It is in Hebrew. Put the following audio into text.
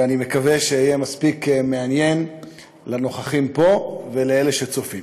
ואני מקווה שאהיה מספיק מעניין לנוכחים פה ולאלה שצופים.